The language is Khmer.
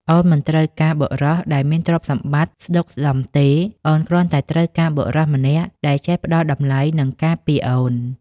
អូនមិនត្រូវការបុរសដែលមានទ្រព្យសម្បត្តិស្តុកស្តម្ភទេ អូនគ្រាន់តែត្រូវការបុរសម្នាក់ដែលចេះផ្តល់តម្លៃ និងការពារអូន។